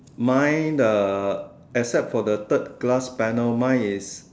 mine uh except for the third glass panel mine is